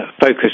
focus